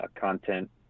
content